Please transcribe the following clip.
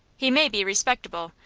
he may be respectable,